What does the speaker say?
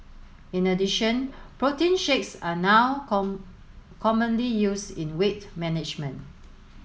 in addition protein shakes are now commonly used in weight management